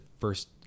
first